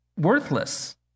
worthless